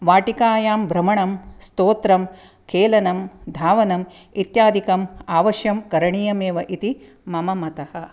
वाटिकायाम् भ्रमणं स्तोत्रम् खेलनं धावनं इत्याधिकम् अवश्यं करणीयमेव इति मम मतः